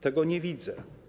Tego nie widzę.